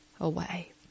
away